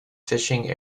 fishing